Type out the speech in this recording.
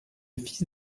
fils